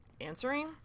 answering